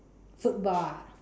football ah